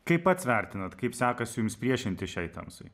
kaip pats vertinat kaip sekasi jums priešintis šiai tamsai